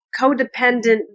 codependent